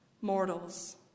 Mortals